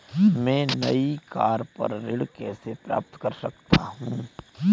मैं नई कार पर ऋण कैसे प्राप्त कर सकता हूँ?